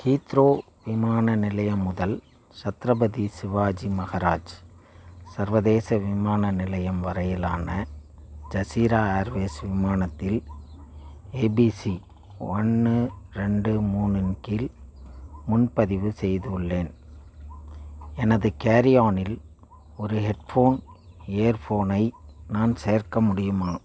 Heathrow விமான நிலையம் முதல் சத்ரபதி சிவாஜி மகராஜ் சர்வதேச விமான நிலையம் வரையிலான ஜசீரா ஏர்வேஸ் விமானத்தில் ஏபிசி ஒன்று ரெண்டு மூணின் கீழ் முன்பதிவு செய்துள்ளேன் எனது கேரி ஆன் இல் ஒரு ஹெட் ஃபோன் இயர் ஃபோனை நான் சேர்க்க முடியுமா